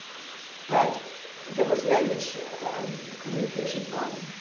but there was language, a communication problem.